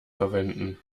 verwenden